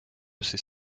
ces